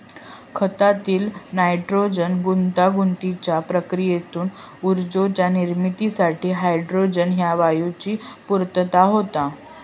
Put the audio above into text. खतातील नायट्रोजन गुंतागुंतीच्या प्रक्रियेतून ऊर्जेच्या निर्मितीसाठी हायड्रोजन ह्या वायूची पूर्तता होता